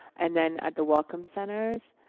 and then at the welcome centers.